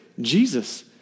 Jesus